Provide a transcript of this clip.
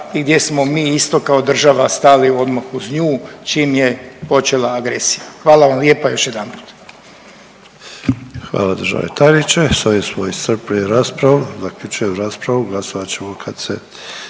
i gdje smo mi isto kao država stali odmah uz nju čim je počela agresija. Hvala vam lijepa još jedanput. **Sanader, Ante (HDZ)** Hvala državni tajniče. S ovim smo iscrpili raspravu, zaključujem raspravu, glasovat ćemo kad se